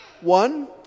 One